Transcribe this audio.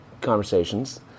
conversations